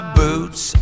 boots